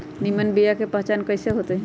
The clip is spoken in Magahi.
निमन बीया के पहचान कईसे होतई?